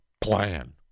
plan